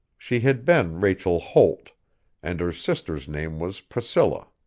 she had been rachel holt and her sister's name was priscilla.